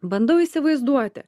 bandau įsivaizduoti